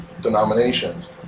denominations